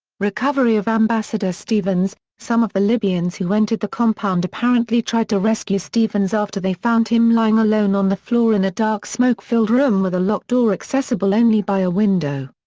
recovery of ambassador stevens some of the libyans who entered the compound apparently tried to rescue stevens after they found him lying alone on the floor in a dark smoke-filled room with a locked door accessible only by a window.